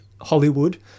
Hollywood